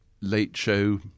late-show